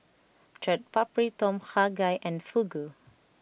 Chaat Papri Tom Kha Gai and Fugu